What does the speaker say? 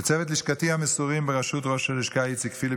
לצוות לשכתי המסורים בראשות ראש הלשכה איציק פיליפ,